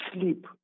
sleep